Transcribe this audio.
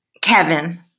Kevin